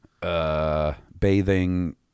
bathing